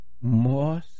more